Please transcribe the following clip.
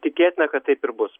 tikėtina kad taip ir bus